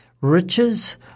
riches